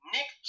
Nick